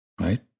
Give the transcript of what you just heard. right